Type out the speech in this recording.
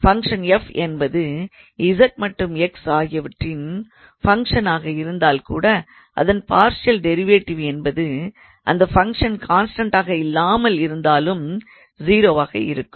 function f என்பது z மற்றும் x ஆகியவற்றின் ஃபங்க்ஷனாக இருந்தால் கூட அதன் பார்ஷியல் டிரைவேட்டிவ் என்பது அந்த ஃபங்ஷன் கான்ஸ்டண்ட்டாக இல்லாமல் இருந்தாலும் 0 வாக இருக்கும்